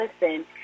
listen